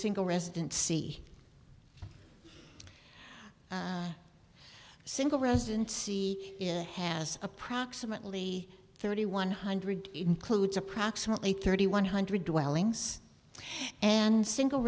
single resident see single residency in the has approximately thirty one hundred includes approximately thirty one hundred welling's and single